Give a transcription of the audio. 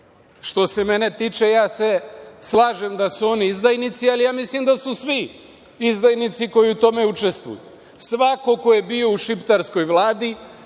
Što se mene tiče, slažem se da su oni izdajnici, ali mislim da su svi izdajnici koji u tome učestvuju. Svako ko je bio u šiptarskoj vladi,